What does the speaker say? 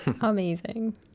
amazing